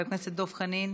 חברת הכנסת איילת נחמיאס